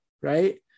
right